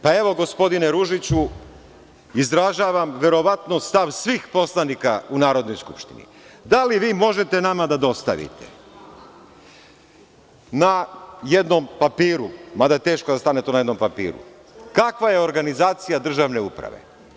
Pa evo, gospodine Ružiću, izražavam verovatno stav svih poslanika u Narodnoj skupštini, da li vi možete nama da dostavite na jednom papiru, mada je teško da stane to na jednom papiru, kakva je organizacija državne uprave?